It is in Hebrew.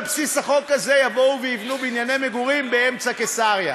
על בסיס החוק הזה יבואו ויבנו בנייני מגורים באמצע קיסריה